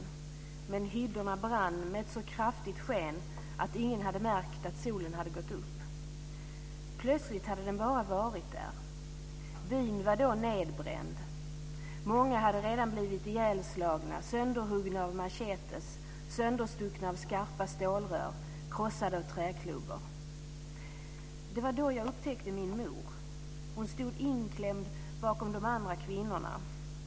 Men hyddorna brann med ett så kraftigt sken att ingen hade märkt att solen hade gått upp. Plötsligt hade den bara varit där, byn var då nerbränd, många hade redan blivit ihjälslagna, sönderhuggna av machetes, sönderstuckna av skarpa stålrör, krossade av träklubbor. - Det var då jag upptäckte min mor. Hon stod inklämd bakom de andra kvinnorna.